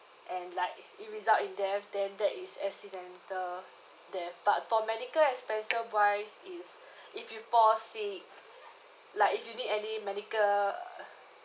and like it result in death then that is accidental death but for medical expenses wise if if you fall sick like if you need any medical